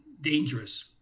dangerous